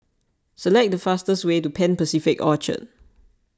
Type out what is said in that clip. select the fastest way to Pan Pacific Orchard